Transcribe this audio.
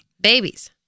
Babies